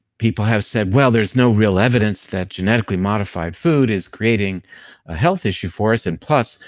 people have said well there's no real evidence that genetically modified food is creating a health issue for us, and plus,